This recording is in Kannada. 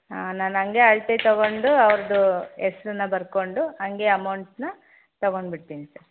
ಆಂ ನಾನು ಹಂಗೇ ಅಳತೆ ತೊಗೊಂಡು ಅವ್ರದ್ದು ಹೆಸ್ರುನ್ನ ಬರ್ಕೊಂಡು ಹಾಗೇ ಅಮೌಂಟ್ನಾ ತಗೊಂಡು ಬಿಡ್ತೀನಿ ಸರ್